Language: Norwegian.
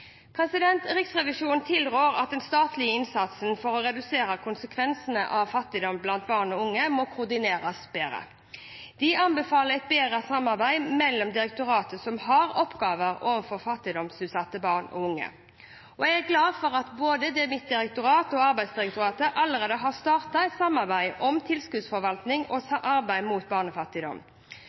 Riksrevisjonen tilrår at den statlige innsatsen for å redusere konsekvensene av fattigdom blant barn og unge koordineres bedre. De anbefaler et bedre samarbeid mellom direktorat som har oppgaver overfor fattigdomsutsatte barn og unge. Jeg er glad for at både mitt direktorat og Arbeidsdirektoratet allerede har startet et samarbeid om tilskuddsforvaltning og arbeid mot barnefattigdom.